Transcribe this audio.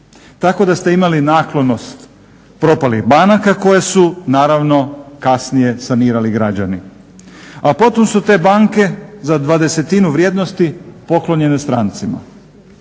tako da su imali naklonost propalih banaka koje su naravno kasnije sanirali građani, a potom su te banke za dvadesetinu vrijednosti poklonjene stranicama.